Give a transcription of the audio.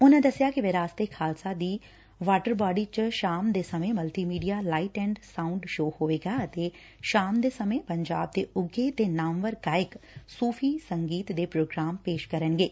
ਉਨਾਂ ਦਸਿਆ ਕਿ ਵਿਰਾਸਤ ਏ ਖਾਲਸਾ ਦੀ ਵਾਟਰਬੋਡੀ ਚ ਸ਼ਾਮ ਦੇ ਸਮੇ multimedia light and sound show ਹੋਵੇਗਾ ਅਤੇ ਸ਼ਾਮ ਸਮੇ ਪੰਜਾਬ ਦੇ ਉੱਘੇ ਤੇ ਨਾਮਵਰ ਗਾਇਕ ਸੁਫੀ ਸੰਗੀਤ ਦੇ ਪ੍ਰੋਗਰਾਮ ਪੇਸ਼ ਕਰਨਗੇ